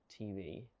tv